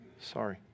sorry